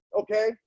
okay